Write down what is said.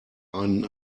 einen